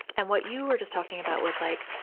and what you were just talking about, with like,